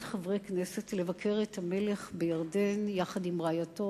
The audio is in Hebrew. חברי כנסת לבקר את המלך בירדן יחד עם רעייתו,